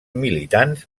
militants